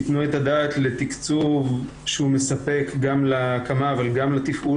ייתנו את הדעת לתקצוב שהוא מספק גם להקמה אבל גם לתפעול